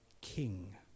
king